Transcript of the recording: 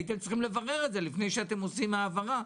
הייתם צריכים לברר את זה לפני שאתם עושים העברה.